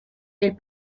del